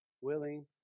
willing